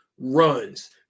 runs